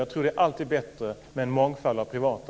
Jag tror att det alltid är bättre med en mångfald av privata.